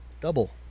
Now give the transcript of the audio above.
Double